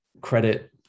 credit